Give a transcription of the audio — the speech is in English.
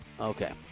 Okay